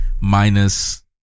minus